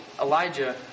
Elijah